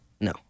No